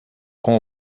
com